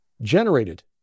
generated